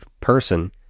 person